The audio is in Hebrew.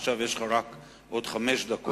עכשיו יש לך רק עוד חמש דקות.